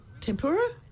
tempura